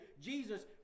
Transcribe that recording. Jesus